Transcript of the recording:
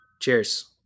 cheers